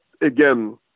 again